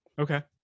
okay